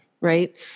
right